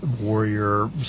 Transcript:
warrior